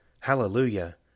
Hallelujah